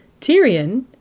Tyrion